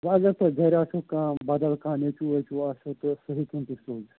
یا اگر تۄہہِ گرِ آسوٕ کانٛہہ بدل کانٛہہ نیٚچوٗ ویٚچوٗ آسوٕ تہٕ سُہ ہیٚکہِ ہوٗن تُہۍ سوٗزِتھ